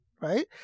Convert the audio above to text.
right